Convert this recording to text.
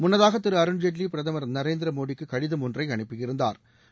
முன்னதாக தி ருண் பி ரதமர் ந ரேந்திர மோடிக்கு கடிதம் ஒன்ளற் அனுப்பியி ருந்தாா்